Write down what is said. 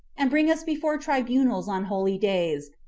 and bring us before tribunals on holy days,